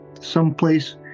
someplace